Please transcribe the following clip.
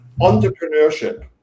entrepreneurship